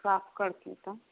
साफ कर देता